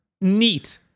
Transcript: Neat